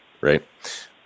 right